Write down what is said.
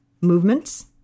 movements